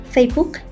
Facebook